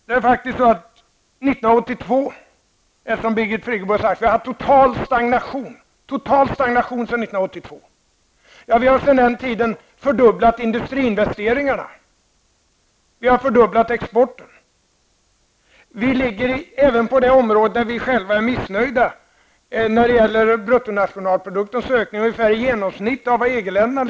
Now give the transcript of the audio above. Birgit Friggebo sade att vi sedan 1982 har haft total stagnation. Men vi har sedan den tiden fördubblat industriinvesteringarna, och vi har fördubblat exporten. Även på det område där vi själva är missnöjda, dvs. i fråga om ökningen av bruttonationalprodukten, kan vi jämföra oss med genomsnittet för EG-länderna.